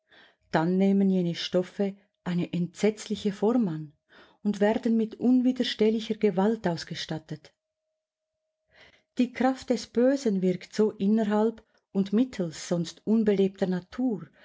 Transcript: dann nehmen jene stoffe eine entsetzliche form an und werden mit unwiderstehlicher gewalt ausgestattet die kraft des bösen wirkt so innerhalb und mittels sonst unbelebter natur